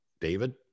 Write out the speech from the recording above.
David